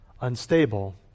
unstable